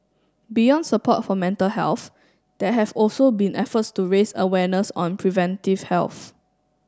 beyond support for mental health there have also been efforts to raise awareness on preventive health